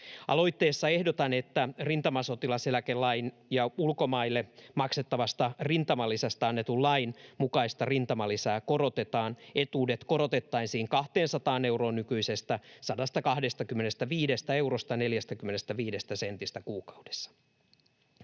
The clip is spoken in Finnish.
Aloitteessa ehdotan, että rintamasotilaseläkelain ja ulkomaille maksettavasta rintamalisästä annetun lain mukaista rintamalisää korotetaan. Etuudet korotettaisiin 200 euroon nykyisestä 125 eurosta 45 sentistä kuukaudessa.